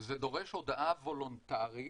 זה דורש הודעה וולונטרית.